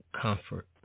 comfort